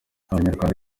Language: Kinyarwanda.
abanyarwanda